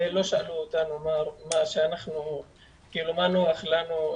לא שאלו אותנו מה נוח לנו,